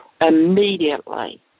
Immediately